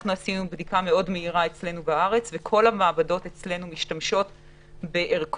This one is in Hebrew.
אנחנו עשינו אצלנו בארץ בדיקה מאוד מהירה ומצאנו שכל המעבדות